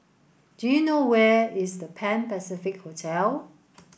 do you know where is The Pan Pacific Hotel